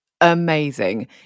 amazing